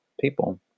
people